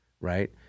right